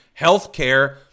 healthcare